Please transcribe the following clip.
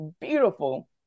beautiful